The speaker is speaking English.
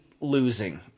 losing